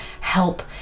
help